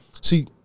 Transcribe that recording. see